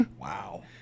Wow